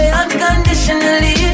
unconditionally